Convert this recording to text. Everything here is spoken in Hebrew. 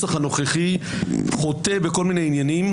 הנוסח הנוכחי חוטא בכל מיני עניינים.